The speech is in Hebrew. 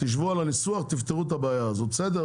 תשבו על הניסוח תפתרו את הבעיה הזאת, בסדר?